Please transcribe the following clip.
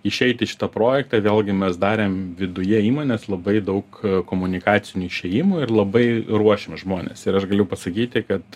išeiti į šitą projektą vėlgi mes darėm viduje įmonės labai daug komunikacinių išėjimų ir labai ruošėm žmones ir aš galiu pasakyti kad